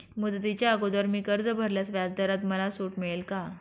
मुदतीच्या अगोदर मी कर्ज भरल्यास व्याजदरात मला सूट मिळेल का?